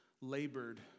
labored